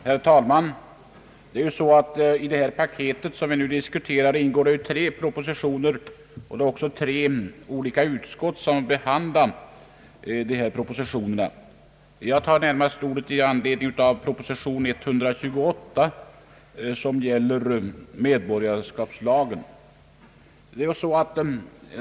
Herr talman! I det paket vi nu diskuterar ingår tre propositioner, och det är också tre olika utskott som behandlat dessa propositioner. Det är närmast proposition nr 128 om medborgarskapslagen som föranleder mig att ta till orda.